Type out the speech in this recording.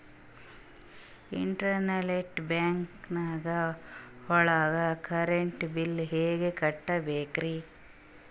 Internet banking ಒಳಗ್ current bill ಹೆಂಗ್ ಕಟ್ಟ್ ಬೇಕ್ರಿ?